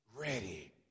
ready